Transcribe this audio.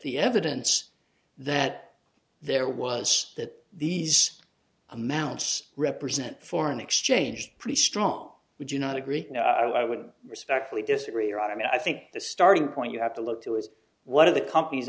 the evidence that there was that these amounts represent foreign exchange pretty strong would you not agree i would respectfully disagree here i mean i think the starting point you have to look to is one of the compan